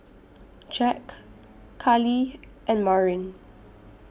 Jack Kalie and Marin